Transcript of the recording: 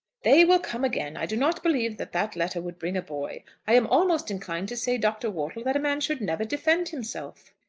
they will come again. i do not believe that that letter would bring a boy. i am almost inclined to say, dr. wortle, that a man should never defend himself.